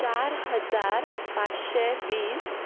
चार हजार पांचशें वीस